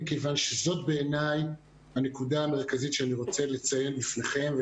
מכיוון שזאת בעיניי הנקודה המרכזית שאני רוצה לציין בפניכם,